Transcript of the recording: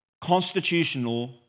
constitutional